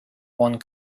one